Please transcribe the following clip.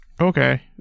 Okay